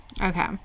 Okay